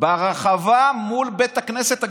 ברחבה מול בית הכנסת הגדול,